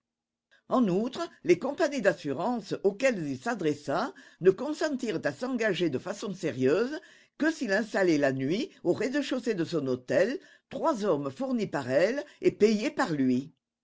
en outre les compagnies d'assurances auxquelles il s'adressa ne consentirent à s'engager de façon sérieuse que s'il installait la nuit au rez-de-chaussée de son hôtel trois hommes fournis par elles et payés par lui